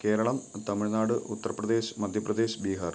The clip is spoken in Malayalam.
കേരളം തമിഴ്നാട് ഉത്തർ പ്രദേശ് മധ്യ പ്രദേശ് ബീഹാർ